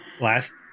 last